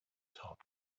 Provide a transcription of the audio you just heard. top